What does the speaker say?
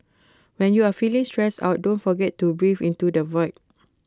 when you are feeling stressed out don't forget to breathe into the void